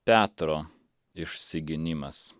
petro išsigynimas